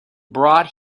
brought